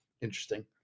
Interesting